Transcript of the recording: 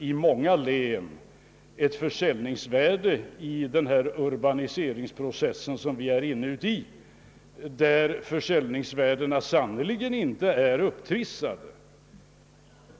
I många län visar det sig att försäljningsvärdena på grund av den urbaniseringsprocess som vi är inne i sannerligen inte är upptrissade.